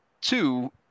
two